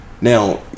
now